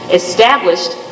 established